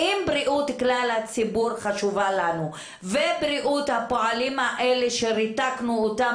אם בריאות כלל הציבור חשובה לנו ובריאות הפועלים האלה שריתקנו אותם